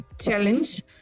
challenge